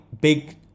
big